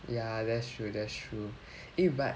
ya that's true that's true eh but